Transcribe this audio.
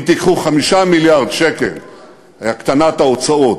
אם תיקחו 5 מיליארד שקלים הקטנת ההוצאות